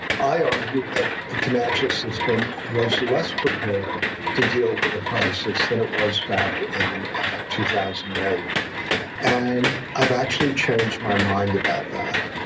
i argued that the financial system was less prepared to deal with a crisis than it was back in two thousand and eight and i've actually changed my mind about that.